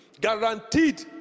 guaranteed